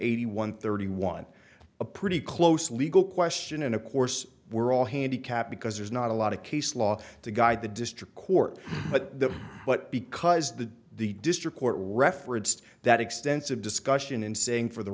eighty one thirty one a pretty close legal question and of course we're all handicapped because there's not a lot of case law to guide the district court but the but because the the district court referenced that extensive discussion and saying for the